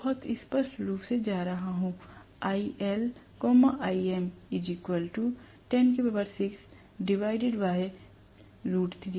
मैं बहुत स्पष्ट रूप से जा रहा हूं